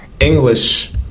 English